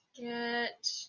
get